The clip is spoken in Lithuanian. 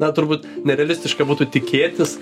na turbūt nerealistiška būtų tikėtis